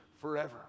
forever